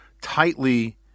tightly